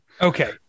okay